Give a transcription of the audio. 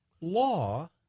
law